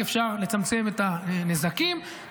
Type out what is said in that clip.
ולצמצם את הנזקים כמה שרק אפשר.